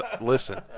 listen